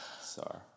Sorry